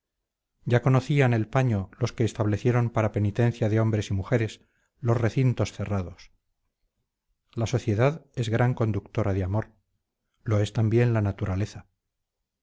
ya conocían el paño los que establecieron para penitencia de hombres y mujeres los recintos cerrados la sociedad es gran conductora de amor lo es también la naturaleza